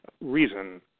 reason